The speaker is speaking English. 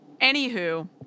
Anywho